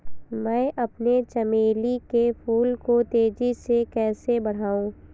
मैं अपने चमेली के फूल को तेजी से कैसे बढाऊं?